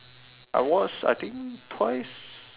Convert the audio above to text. I watched I think twice